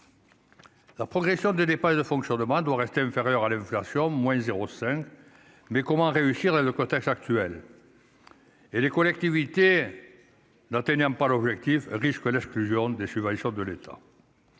La progression des dépenses de fonctionnement doit rester inférieure à l'inflation, moins 0 5 mais comment réussir à le contexte actuel et les collectivités n'atteignant pas l'objectif riche collège plus lourde des suivre une sorte de l'État,